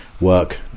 work